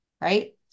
right